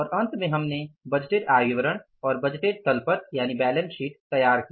और अंत में हमने बजटेड आय विवरण और बजटेड बैलेंस शीट तैयार किया